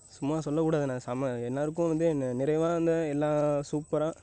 சும்மா சொல்லக் கூடாதுண்ணே செமை எல்லோருக்கும் வந்து என்ன நிறைவான எல்லாம் சூப்பராக